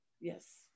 yes